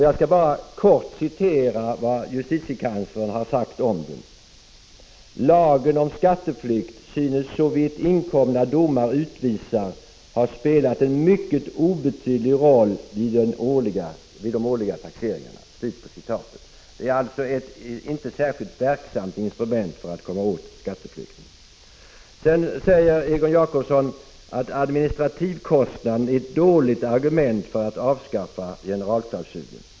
Jag skall bara kort citera vad justitiekanslern har sagt om den: ”Lagen om skatteflykt synes, såvitt inkomna domar utvisar, ha spelat en mycket obetydlig roll vid de årliga taxeringarna.” Den är alltså ett inte särskilt verksamt instrument för att komma åt skatteflykt. Sedan säger Egon Jacobsson att den administrativa kostnaden är ett dåligt argument för att avskaffa generalklausulen.